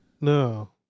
No